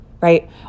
right